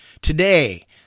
Today